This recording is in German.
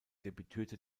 debütierte